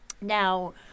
now